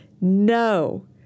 no